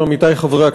אין בעלי קרקע.